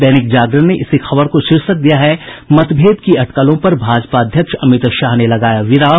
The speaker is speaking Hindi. दैनिक जागरण ने इसी खबर को शीर्षक दिया है मतभेद की अटकलों पर भाजपा अध्यक्ष अमित शाह ने लगाया विराम